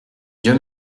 dieu